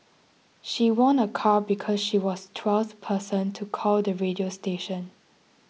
she won a car because she was twelfth person to call the radio station